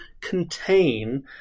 contain